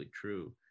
true